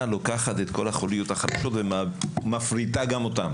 לוקחת את כל החוליות ומפריטה גם אותם